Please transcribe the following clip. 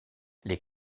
les